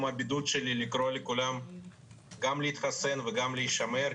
הבידוד שלי לקרוא לכולם גם להתחסן וגם להישמר.